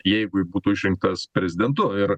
jeigu būtų išrinktas prezidentu ir